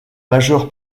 majeure